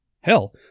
Hell